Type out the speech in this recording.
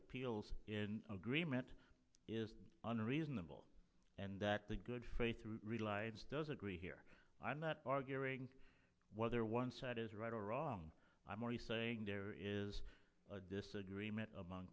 appeals in agreement is unreasonable and that the good faith reliance does agree here i'm not arguing whether one side is right or wrong i'm already saying there is a disagreement among